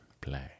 play